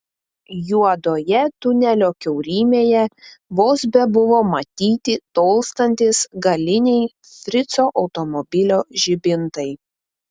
juodoje tunelio kiaurymėje vos bebuvo matyti tolstantys galiniai frico automobilio žibintai